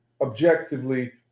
objectively